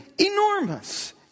enormous